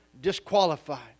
disqualified